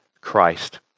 Christ